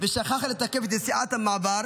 שכח לתקף את נסיעת המעבר